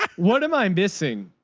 what am i missing?